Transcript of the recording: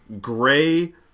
gray